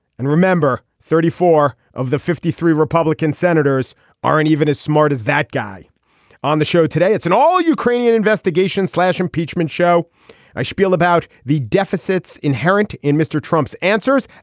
and remember thirty four of the fifty three republican senators aren't even as smart as that guy on the show today. it's an all ukrainian investigation slash impeachment show i spiel about the deficits inherent in mr. trump's answers.